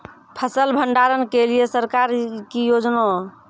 फसल भंडारण के लिए सरकार की योजना?